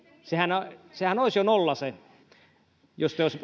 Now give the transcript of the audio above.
sehän sehän olisi jo nolla jos